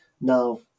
now